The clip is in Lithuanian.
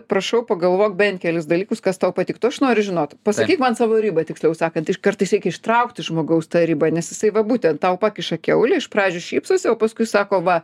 prašau pagalvok bent kelis dalykus kas tau patiktų aš noriu žinot pasakyk man savo ribą tiksliau sakant iš kartais reikia ištraukt iš žmogaus tą ribą nes jisai va būtent tau pakiša kiaulę iš pradžių šypsosi o paskui sako va